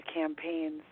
campaigns